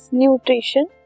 nutrition